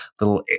little